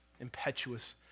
impetuous